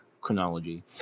chronology